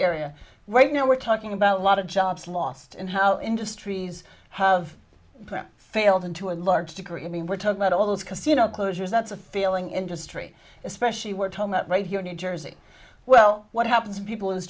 area right now we're talking about a lot of jobs lost and how industries have failed and to a large degree i mean we're talking about all those casino closures that's a failing industry especially we're told that right here in new jersey well what happens people